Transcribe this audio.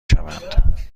شوند